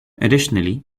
additionally